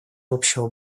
общего